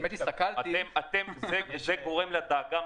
מבחינתכם זה גורם לדאגה?